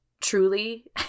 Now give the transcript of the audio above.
Truly